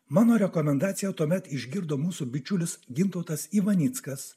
mano rekomendaciją tuomet išgirdo mūsų bičiulis gintautas ivanickas